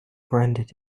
brandt